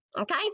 okay